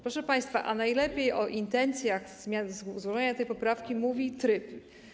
Proszę państwa, najlepiej o intencjach złożenia tej poprawki mówi tryb.